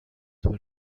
were